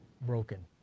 broken